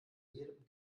jedem